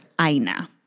Aina